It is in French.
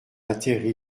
atterri